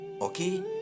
Okay